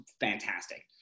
fantastic